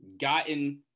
gotten